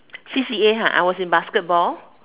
C_C_A ha I was in basketball